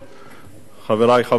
חברי חברי הכנסת,